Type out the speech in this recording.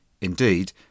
Indeed